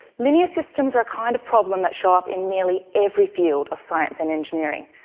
linear systems are a kind of problem that show up in nearly every field of science and engineering.